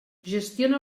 gestiona